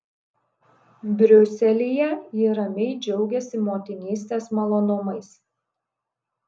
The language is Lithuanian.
briuselyje ji ramiai džiaugiasi motinystės malonumais